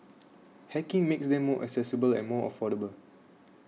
hacking makes them more accessible and more affordable